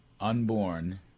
unborn